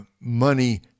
money